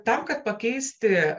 tam kad pakeisti